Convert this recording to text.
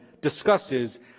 discusses